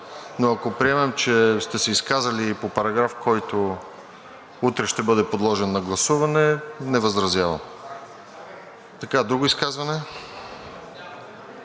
Но ако приемем, че сте се изказали и по параграф, които утре ще бъде подложен на гласуване, не възразявам. Друго изказване?